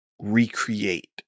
recreate